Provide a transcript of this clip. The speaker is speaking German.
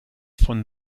von